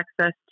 access